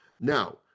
Now